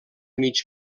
mig